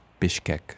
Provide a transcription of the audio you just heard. Bishkek